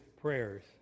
prayers